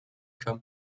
come